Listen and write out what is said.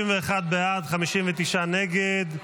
51 בעד, 59 נגד.